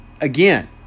Again